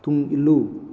ꯇꯨꯡ ꯏꯜꯂꯨ